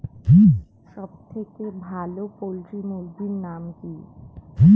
সবথেকে ভালো পোল্ট্রি মুরগির নাম কি?